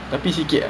legit ah